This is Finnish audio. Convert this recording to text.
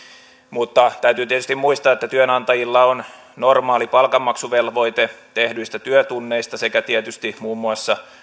mutta täytyy tietysti muistaa että työnantajilla on normaali palkanmaksuvelvoite tehdyistä työtunneista sekä tietysti muun muassa